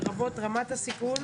לרבות רמת הסיכון,